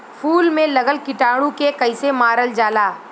फूल में लगल कीटाणु के कैसे मारल जाला?